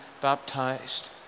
baptized